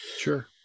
Sure